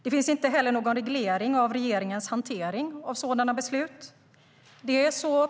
Det finns inte heller någon reglering av regeringens hantering av sådana beslut.